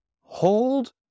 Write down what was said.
hold